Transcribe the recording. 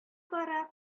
бара